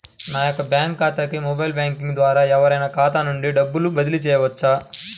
నా యొక్క బ్యాంక్ ఖాతాకి మొబైల్ బ్యాంకింగ్ ద్వారా ఎవరైనా ఖాతా నుండి డబ్బు బదిలీ చేయవచ్చా?